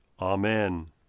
Amen